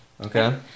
Okay